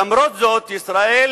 למרות זאת ישראל,